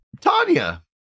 Tanya